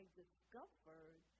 discovered